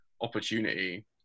opportunity